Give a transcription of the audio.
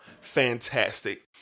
fantastic